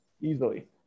easily